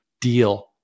deal